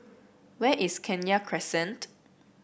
where is Kenya Crescent